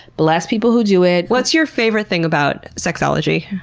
bless people who do it. what's your favorite thing about sexology?